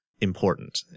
important